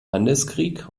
handelskrieg